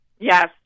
Yes